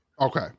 Okay